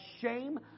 shame